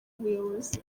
ubuyobozi